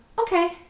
okay